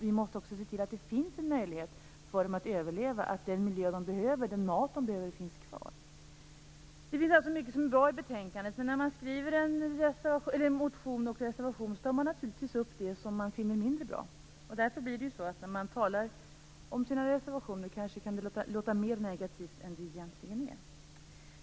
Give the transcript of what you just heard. Vi måste också se till att det finns en möjlighet för dem att överleva, dvs. att den miljö och den mat de behöver finns kvar. Det finns alltså mycket som är bra i betänkandet, men när man skriver en motion och en reservation tar man naturligtvis upp det som man finner mindre bra. När man talar om sina reservationer kan det därför kanske låta mer negativt än det egentligen är.